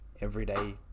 everyday